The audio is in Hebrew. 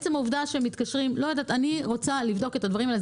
אני רוצה לבדוק את הדברים האלה.